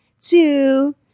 two